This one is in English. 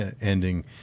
ending